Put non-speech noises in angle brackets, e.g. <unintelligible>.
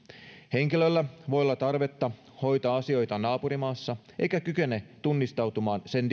henkilöllä voi olla tarvetta hoitaa asioitaan naapurimaassa mutta hän ei kykene tunnistautumaan sen <unintelligible>